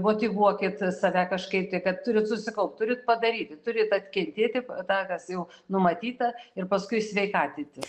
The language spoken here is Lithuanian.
motyvuokit save kažkaip tai kad turit susikaupt turit padaryti turit atkentėti tą mes jau numatyta ir paskui sveikatintis